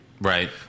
Right